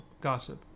gossip